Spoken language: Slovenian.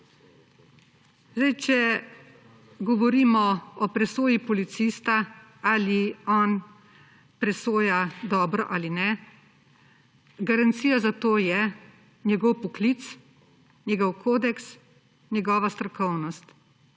Če govorimo o presoji policista, ali on presoja dobro ali ne, garancija za to je njegov poklic, njegov kodeks, njegova strokovnost.